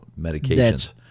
medications